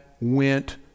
went